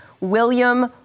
William